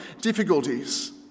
difficulties